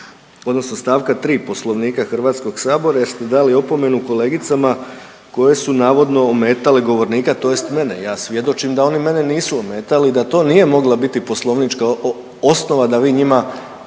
odnosno stavak 3. Poslovnika Hrvatskog sabora jer ste dali opomenu kolegicama koje su navodno ometale govornika tj. mene. Ja svjedočim da one mene nisu ometali i da to nije mogla biti poslovnička osnova da vi njima